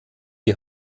die